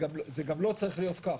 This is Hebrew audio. זה גם לא צריך להיות כך.